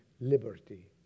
liberty